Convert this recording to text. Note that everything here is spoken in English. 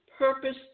Purpose